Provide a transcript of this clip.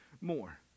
more